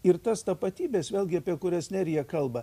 ir tas tapatybės vėlgi apie kurias nerija kalba